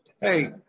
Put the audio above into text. hey